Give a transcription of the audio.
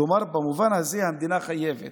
כלומר, במובן הזה המדינה חייבת.